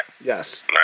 Yes